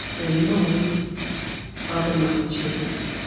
moles are benign tumors.